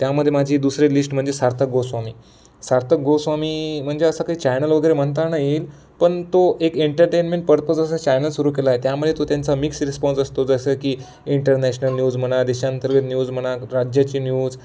त्यामध्ये माझी दुसरीे लिस्ट म्हणजे सार्थक गोस्वामी सार्थक गोस्वामी म्हणजे असं काही चॅनल वगैरे म्हणता ना येईल पण तो एक एंटरटेनमेंट परपज असं चॅनल सुरू केलाय त्यामुळे तो त्यांचा मिक्स रिस्पॉन् असतो जसं की इंटरनॅशनल न्यूज म्हणा देशांतर्गत न्यूज म्हणा राज्याची न्यूज